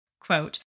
quote